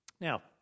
Now